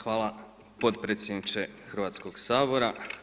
Hvala potpredsjedniče Hrvatskoga sabora.